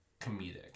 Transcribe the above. comedic